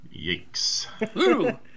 yikes